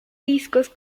discos